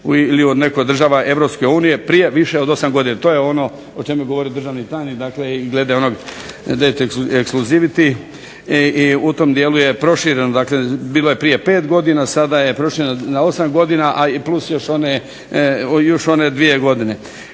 ili od nekoj od država EU prije više od 8 godina. To je ono o čemu je govorio državni tajnik i glede onog exclusivity i u tom dijelu prošireno, dakle bilo je prije 5 godina, a sada je prošireno na 8 godina a plus još one dvije godine.